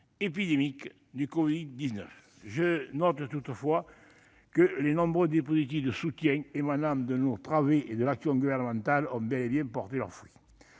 épidémique du covid-19. Je note toutefois que les nombreux dispositifs de soutien émanant de nos travées et de l'action gouvernementale ont bel et bien porté leurs fruits.